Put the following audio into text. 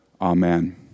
Amen